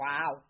Wow